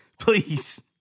Please